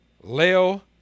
Leo